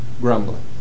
grumbling